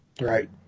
Right